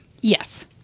Yes